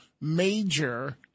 major